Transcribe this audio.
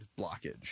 blockage